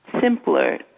simpler